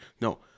no